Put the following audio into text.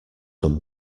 come